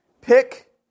Pick